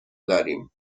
داریم